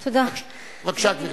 בבקשה, גברתי.